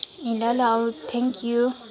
ए ल ल आउ थ्याङ्क यू